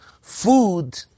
Food